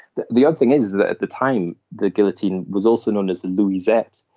the the other thing is that at the time, the guillotine was also known as the louisette,